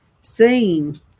seen